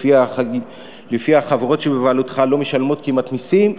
שלפיה החברות שבבעלותך לא משלמות כמעט מסים,